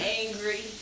angry